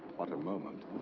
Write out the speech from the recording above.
what a moment.